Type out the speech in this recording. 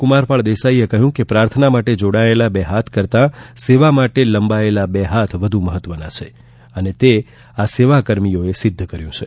કુમારપાળ દેસાઈએ કહ્યું કે પ્રાર્થના માટે જોડાયેલા બે હાથ કરતાં સેવા માટે લંબાયેલ બે હાથ વધુ મહત્વના છે તે આ સેવાકર્મીઓએ સિદ્ધ કર્યું છે